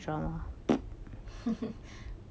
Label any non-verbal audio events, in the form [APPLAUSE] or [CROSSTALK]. [LAUGHS]